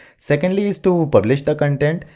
secondly, is to publish the content,